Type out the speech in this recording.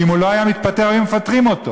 ואם הוא לא היה מתפטר היו מפטרים אותו?